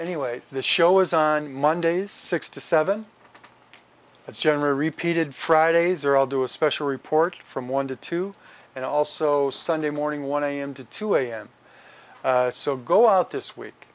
anyway the show is on mondays six to seven it's generally repeated fridays are all do a special report from one to two and also sunday morning one am to two am so go out this week